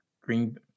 green